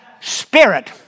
spirit